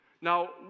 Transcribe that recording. Now